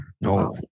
No